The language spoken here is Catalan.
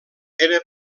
era